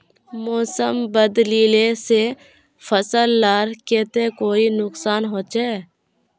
मौसम बदलिले से फसल लार केते कोई नुकसान होचए?